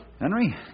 Henry